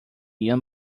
ian